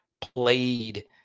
played –